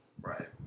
Right